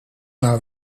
nou